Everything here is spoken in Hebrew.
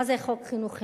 מה זה חוק חינוך חינם?